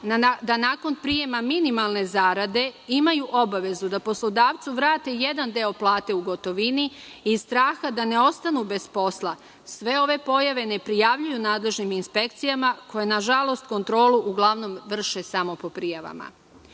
da nakon prijema minimalne zarade imaju obavezu da poslodavcu vrate jedan deo plate u gotovini i iz straha da ne ostanu bez posla sve ove pojave ne prijavljuju nadležnim inspekcijama koje nažalost kontrolu uglavnom vrše samo po prijavama. Suština